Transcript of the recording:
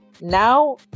Now